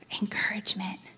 encouragement